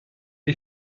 est